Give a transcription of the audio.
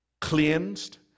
Cleansed